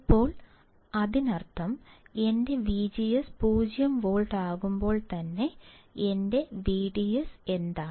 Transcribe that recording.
ഇപ്പോൾ അതിനർത്ഥം എന്റെ വിജിഎസ് 0 വോൾട്ട് ആകുമ്പോൾ എന്റെ വിഡിഎസ് എന്താണ്